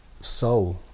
soul